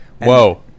Whoa